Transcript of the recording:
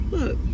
Look